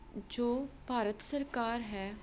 ਜੋ ਭਾਰਤ ਸਰਕਾਰ ਹੈ